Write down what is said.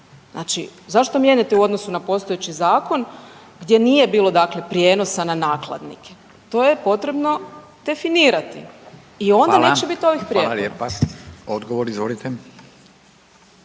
Znači zašto mijenjati u odnosu na postojeći zakon gdje nije bilo, dakle prijenosa na nakladnike. To je potrebno definirati i onda neće biti ovih prijepora. **Radin, Furio (Nezavisni)** Hvala lijepa. Odgovor izvolite.